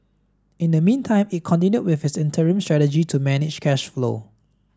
in the meantime it continued with its interim strategy to manage cash flow